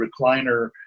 recliner